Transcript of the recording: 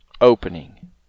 opening